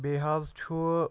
بیٚیہِ حظ چھُ